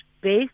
based